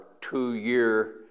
two-year